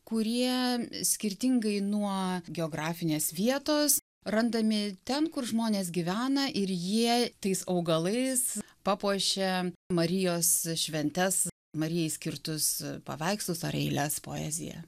kurie skirtingai nuo geografinės vietos randami ten kur žmonės gyvena ir jie tais augalais papuošia marijos šventes marijai skirtus paveikslus ar eiles poezija